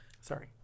sorry